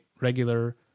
regular